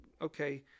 okay